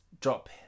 drop